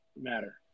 matter